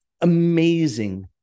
amazing